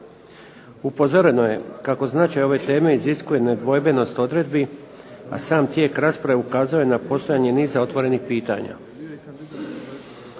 Upozoreno je kako značaj ove teme iziskuje nedvojbenost odredbi, a sam tijek rasprave ukazao je na postojanje niza otvorenih pitanja.